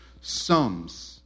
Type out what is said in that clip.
sums